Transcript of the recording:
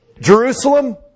Jerusalem